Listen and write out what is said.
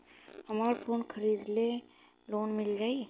हमरा फोन खरीदे ला लोन मिल जायी?